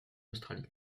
australie